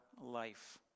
life